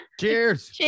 Cheers